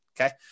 okay